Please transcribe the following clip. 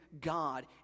God